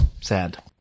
Sad